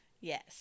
Yes